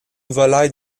volaille